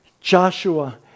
Joshua